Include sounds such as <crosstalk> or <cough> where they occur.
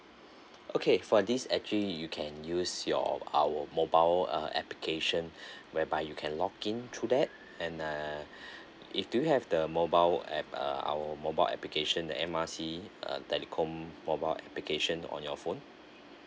okay for this actually you can use your our mobile err application <breath> whereby you can log in through that and uh if do you have the mobile app err our mobile application the M_R_C uh telecom mobile application on your phone